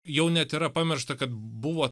jau net yra pamiršta kad buvo